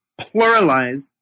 pluralize